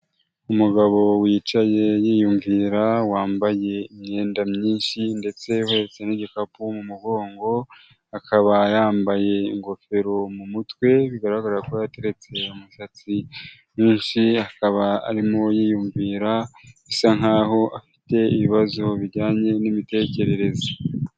Umugabo wicaye yiyumvira wambaye imyenda myinshi ndetse uhetse n'igikapu mu mugongo, akaba yambaye ingofero mu mutwe bigaragara ko yateretse umusatsi mwinshi, akaba arimo yiyumvira bisa nkaho afite ibibazo bijyanye n'imitekerereze.